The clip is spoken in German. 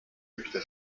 übte